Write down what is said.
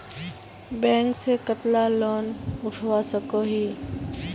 Bank से कतला loan उठवा सकोही?